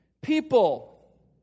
people